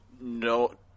no